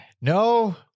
no